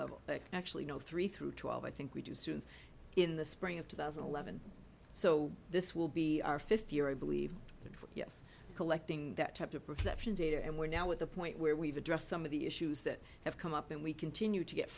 level but actually no three through twelve i think we do students in the spring of two thousand and eleven so this will be our fifth year i believe that for us collecting that type of perception data and we're now at the point where we've addressed some of the issues that have come up and we continue to get